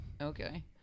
okay